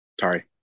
Sorry